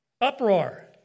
Uproar